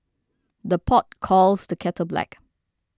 the pot calls the kettle black